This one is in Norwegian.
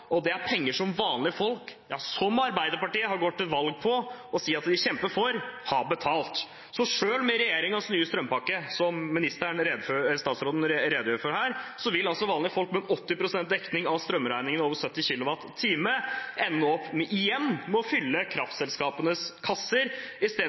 og det er penger som vanlige folk, som Arbeiderpartiet har gått til valg på å si at de kjemper for, har betalt. Selv med regjeringens nye strømpakke, som statsråden redegjør for her, vil altså vanlige folk med 80 pst. dekning av strømregningen over 70 øre/kWh igjen ende opp med å fylle kraftselskapenes kasser istedenfor å